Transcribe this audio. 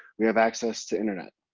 we have access to internet.